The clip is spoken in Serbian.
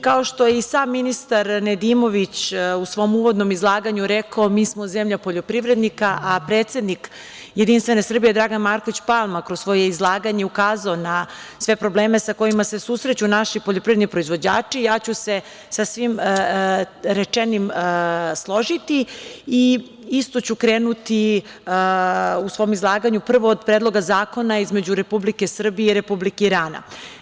Kao što je i sam ministar Nedimović u svom uvodnom izlaganju rekao, mi smo zemlja poljoprivrednika, a predsednik JS, Dragan Marković Palma, kroz svoje izlaganje ukazao je na sve probleme sa kojima se susreću naši poljoprivredni proizvođači, složiću se sa svim rečenim i isto ću krenuti u svom izlaganju prvo od Predloga zakona između Republike Srbije i Republike Irana.